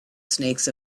snakes